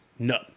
No